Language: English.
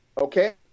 Okay